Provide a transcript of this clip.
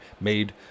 made